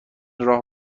راهو